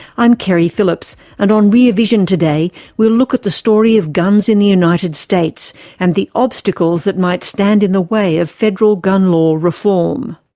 i'm keri phillips and on rear vision today we'll look at the story of guns in the united states and the obstacles that might stand in the way of federal gun law reform.